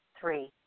Three